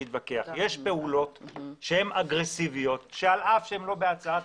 יש פעולות אגרסיביות שעל אף שהן אינן חלק מהצעת